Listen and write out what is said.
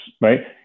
right